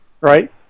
right